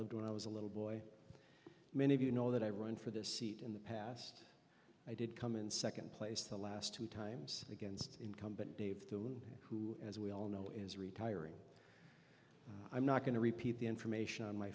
lived when i was a little boy many of you know that i run for the seat in the past i did come in second place the last two times against incumbent dave who as we all know is retiring i'm not going to repeat the information on my